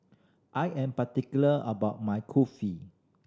I am particular about my Kulfi